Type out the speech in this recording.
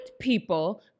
people